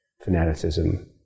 fanaticism